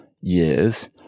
years